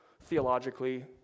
Theologically